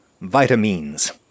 vitamins